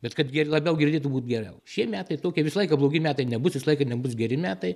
bet kad ger labiau girdėtų būt geriau šie metai tokie visą laiką blogi metai nebus visą laiką nebus geri metai